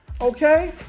Okay